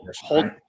hold